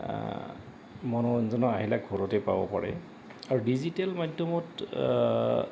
মনোৰঞ্জনৰ আহিলে ঘৰতে পাব পাৰে আৰু ডিজিটেল মাধ্যমত